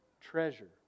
treasure